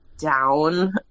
down